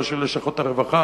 לא של לשכות הרווחה.